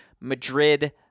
Madrid